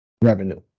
revenue